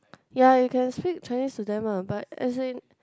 ya you can speak Chinese to them ah but as in